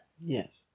Yes